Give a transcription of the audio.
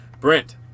Brent